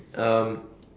um